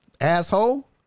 Asshole